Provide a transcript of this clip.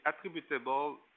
attributable